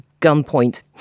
gunpoint